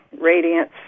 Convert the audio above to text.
radiance